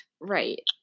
right